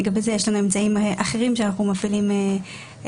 לגבי זה יש לנו אמצעים אחרים שאנחנו מפעילים כרגע.